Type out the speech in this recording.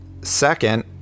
second